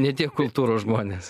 ne tiek kultūros žmonės